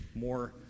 More